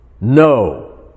No